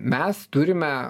mes turime